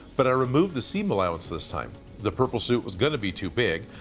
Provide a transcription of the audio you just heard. but i removed the seam allowance this time. the purple suit was gonna be too big.